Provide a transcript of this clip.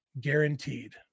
guaranteed